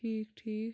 ٹھیٖک ٹھیٖک